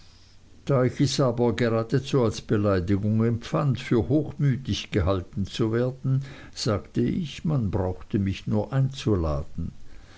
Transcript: geradezu als beleidigung empfand für hochmütig gehalten zu werden sagte ich man brauchte mich nur einzuladen